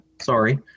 Sorry